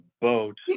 boat